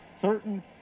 certain